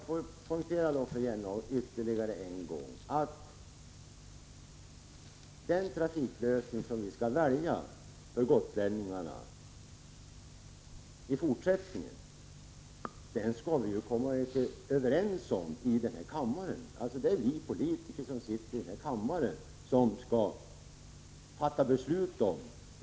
Fru talman! Jag får poängtera ytterligare en gång att den trafikförsörjning som vi skall välja för gotlänningarna skall vi komma överens om i denna kammare.